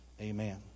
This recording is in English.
Amen